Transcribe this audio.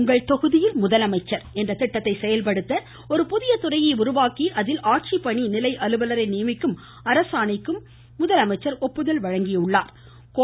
உங்கள் தொகுதியில் முதலமைச்சர் என்ற திட்டத்தை செயல்படுத்த ஒரு புதிய துறையை உருவாக்கி அதில் ஆட்சி பணி நிலை அலுவலரை நியமிக்கும் அரசாணைக்கும் முதலமைச்சர் ஒப்புதல் அளித்துள்ளார்